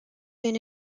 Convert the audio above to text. been